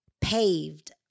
paved